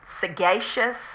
sagacious